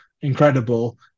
incredible